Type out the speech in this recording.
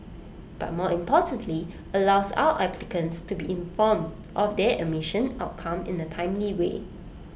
but more importantly allows our applicants to be informed of their admission outcome in A timely way